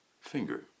finger